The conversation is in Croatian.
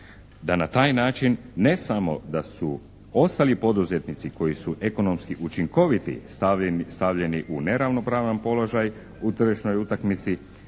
da na taj način ne samo da su ostali poduzetnici koji su ekonomski neučinkoviti stavljeni u neravnopravan položaj u tržišnoj utakmici